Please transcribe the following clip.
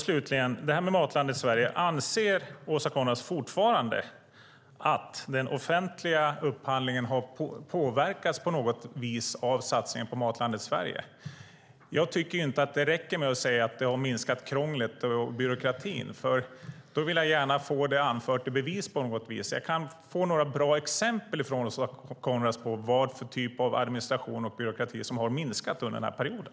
Slutligen när det gäller Matlandet Sverige: Anser Åsa Coenraads fortfarande att den offentliga upphandlingen på något vis har påverkats av satsningen på Matlandet Sverige? Jag tycker inte att det räcker att säga att krånglet och byråkratin har minskat. I så fall vill jag gärna få något bevis på det. Jag kan få några bra exempel från Åsa Coenraads på vad det är för typ av administration och byråkrati som minskat under den här perioden.